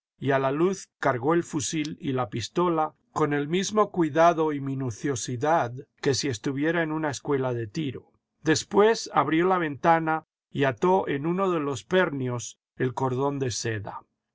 a la luz cargó el fusil y la pistola con el mismo cuidado y minuciosidad que si estuviera en una escuela de tiro después abrió la ventana y ató en uno de los pernios el cordón de seda